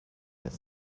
des